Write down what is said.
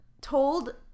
told